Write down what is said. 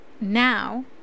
now